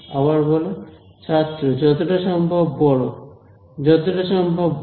আবার বল ছাত্র যতটা সম্ভব বড় যতটা সম্ভব বড়